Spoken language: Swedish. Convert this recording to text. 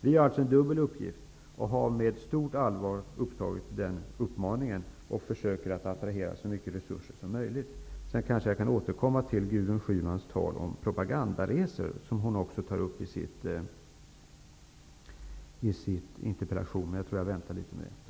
Vi har alltså en dubbel uppgift och har med stort allvar följt den uppmaningen. Vi försöker därför attrahera så mycket resurser som möjligt. Jag kanske kan återkomma senare till Gudrun Schymans tal om propagandaresor, som hon också tar upp i sin interpellation. Men jag tror att jag väntar litet med det.